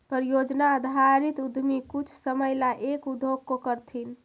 परियोजना आधारित उद्यमी कुछ समय ला एक उद्योग को करथीन